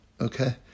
Okay